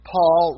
Paul